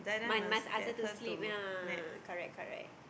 must must ask her to sleep yeah correct correct